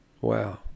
Wow